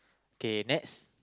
okay next